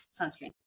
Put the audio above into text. sunscreen